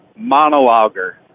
Monologer